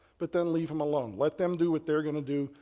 but then leave him alone. let them do what they're going to do.